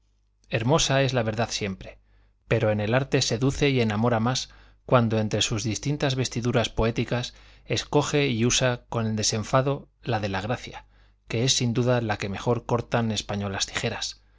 hermosa es la verdad siempre pero en el arte seduce y enamora más cuando entre sus distintas vestiduras poéticas escoge y usa con desenfado la de la gracia que es sin duda la que mejor cortan españolas tijeras